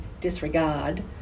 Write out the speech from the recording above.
disregard